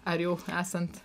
ar jau esant